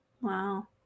wow